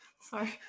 Sorry